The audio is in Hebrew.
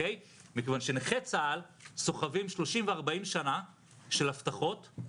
מכיוון שנכי צה"ל סוחבים 30 ו-40 שנה של הבטחות,